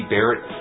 Barrett